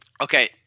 Okay